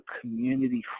community